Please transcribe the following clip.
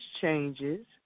changes